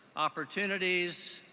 opportunities,